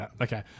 Okay